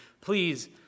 please